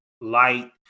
light